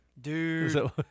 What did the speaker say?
dude